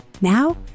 Now